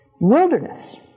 wilderness